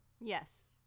Yes